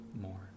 more